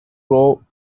grow